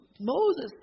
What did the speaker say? Moses